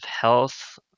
Health